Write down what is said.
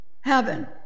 Heaven